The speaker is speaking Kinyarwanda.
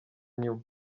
nyuma